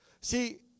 See